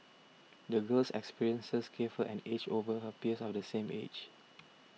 the girl's experiences gave her an edge over her peers of the same age